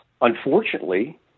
unfortunately